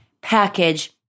package